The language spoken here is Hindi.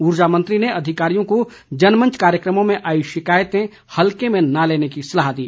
ऊर्जा मंत्री ने अधिकारियों को जनमंच कार्यक्रमों में आई शिकायतें हल्के में न लेने की सलाह दी